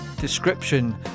description